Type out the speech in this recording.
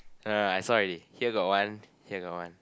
no no no I saw already here got one here got one